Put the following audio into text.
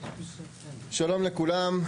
שלום לכולם.